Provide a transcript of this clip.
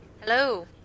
Hello